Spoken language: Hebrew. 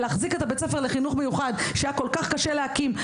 להחזיק את בית-הספר לחינוך מיוחד שהיה כל כך קשה להקים,